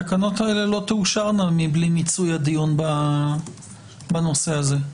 התקנות האלה לא תאושרנה בלי מיצוי הדיון בנושא הזה.